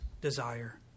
desire